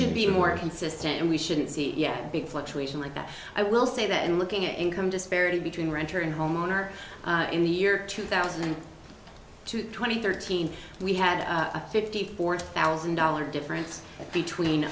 should be more consistent and we shouldn't see big fluctuation like that i will say that in looking at income disparity between renter and homeowner in the year two thousand to twenty thirteen we had a fifty four thousand dollars difference between